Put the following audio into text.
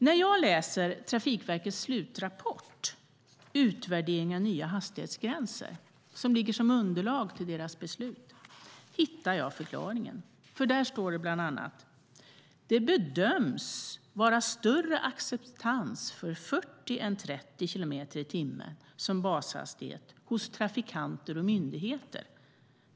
När jag läser Trafikverkets slutrapport Utvärdering av nya hastighetsgränser , som ligger till underlag för deras beslut, hittar jag förklaringen. Där står bland annat att "det bedöms . vara större acceptans för 40 än 30 km/tim som bashastighet hos trafikanter och myndigheter.